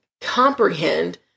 comprehend